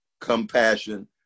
compassion